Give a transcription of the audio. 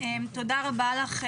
תודה רבה לך.